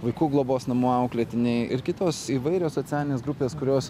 vaikų globos namų auklėtiniai ir kitos įvairios socialinės grupės kurios